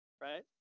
Right